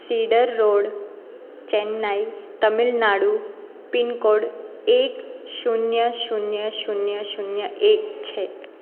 cider road Chennai Tamil Nadu pincode છ શૂન્ય શૂન્ય શૂન્ય શૂન્ય એક છે